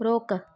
रोक